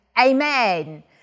amen